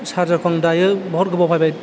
चार्जारखौ आं दायो बहत गोबाव बाहायबाय